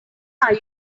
are